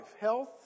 Health